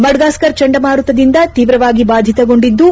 Madagascar ಚಂಡಮಾರುತದಿಂದ ತೀವ್ರವಾಗಿ ಬಾಧಿತಗೊಂಡಿದ್ಲು